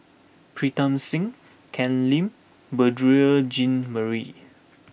Pritam Singh Ken Lim Beurel Jean Marie